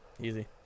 Easy